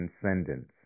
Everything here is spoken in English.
transcendence